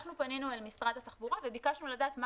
אנחנו פנינו אל משרד התחבורה וביקשנו לדעת מה